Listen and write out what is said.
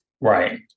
Right